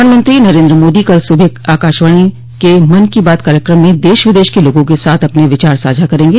प्रधानमंत्री नरेन्द्र मोदी कल सुबह आकाशवाणो के मन की बात कार्यक्रम में देश विदेश के लोगों के साथ अपने विचार साझा करेंगे